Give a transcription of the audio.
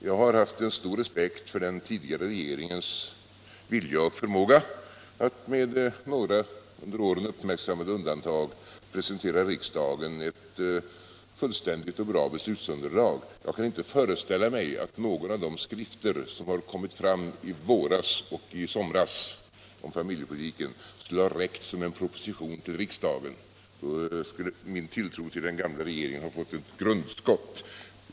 Jag har haft stor respekt för den tidigare regeringens vilja och förmåga att — med några uppmärksammade undantag under åren — presentera riksdagen ett fullständigt och bra beslutsunderlag. Jag kan inte föreställa mig att någon av de skrifter som kommit fram i våras och i somras om familjepolitiken skulle ha räckt som en proposition till riksdagen. Då skulle min tilltro till den gamla regeringen ha fått ett grundskott.